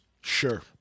sure